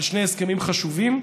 על שני הסכמים חשובים.